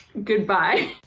goodbye.